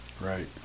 Right